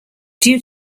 due